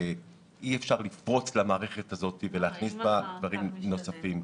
אי אפשר לפרוץ למערכת הזאת ולהכניס בה דברים נוספים.